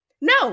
No